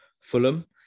Fulham